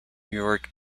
york